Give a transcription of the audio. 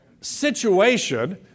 situation